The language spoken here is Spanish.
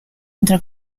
entre